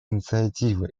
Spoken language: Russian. инициатива